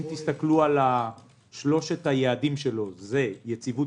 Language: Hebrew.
אם תסתכלו על שלושת היעדים שלו: יציבות